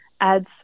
adds